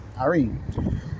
Irene